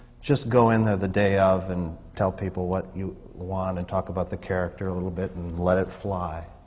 just go in there the day of and tell people what you want and talk about the character a little bit and let it fly,